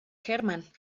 hermann